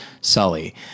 Sully